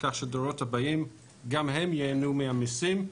כך שגם הדורות הבאים ייהנו מהמיסים,